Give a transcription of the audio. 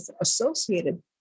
associated